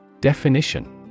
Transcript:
Definition